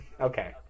Okay